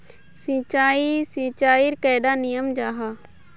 सिंचाई सिंचाईर कैडा नियम जाहा?